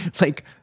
like-